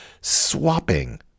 swapping